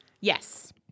Yes